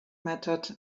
mattered